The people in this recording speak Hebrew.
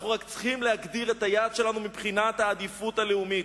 אנחנו רק צריכים להגדיר את היעד שלנו מבחינת העדיפות הלאומית.